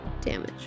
damage